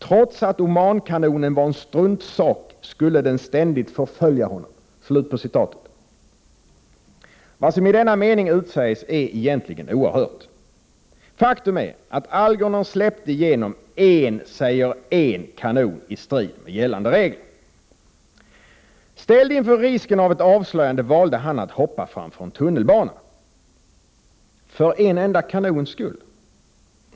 Trots att Oman-kanonen var en struntsak skulle den ständigt förfölja honom.” Vad som i denna mening utsägs är egentligen oerhört. Faktum är att Algernon släppte igenom en — jag säger en — kanon i strid med gällande regler. Ställd inför risken av ett avslöjande valde han att hoppa framför ett tunnelbanetåg. För en enda kanons skull?